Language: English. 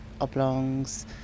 oblongs